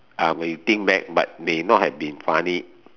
ah when you think back but may not have been funny